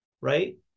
right